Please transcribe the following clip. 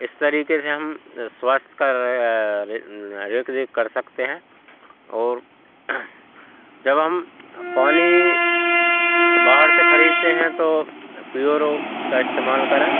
इस तरीक़े से हम स्वास्थ्य की देख रेख कर सकते हैं और जब हम पानी बाहर से ख़रीदते हैं तो प्योरो का इस्तेमाल करें